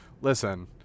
listen